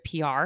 PR